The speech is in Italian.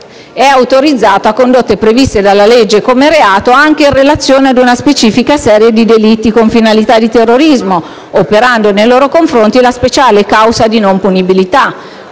autorizzato a condotte previste dalla legge come reato anche in relazione ad una specifica serie di delitti con finalità di terrorismo, operando nei loro confronti la speciale causa di non punibilità.